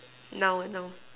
now now